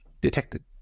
detected